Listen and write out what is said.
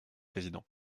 président